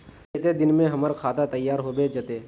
केते दिन में हमर खाता तैयार होबे जते?